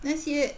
那些